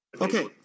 Okay